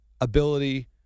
ability